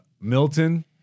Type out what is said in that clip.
Milton